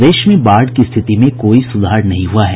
प्रदेश में बाढ़ की स्थिति में कोई सुधार नहीं हुआ है